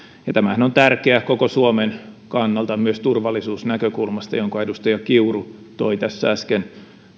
tämähän on tärkeä koko suomen kannalta myös turvallisuusnäkökulmasta minkä edustaja kiuru toi tässä äsken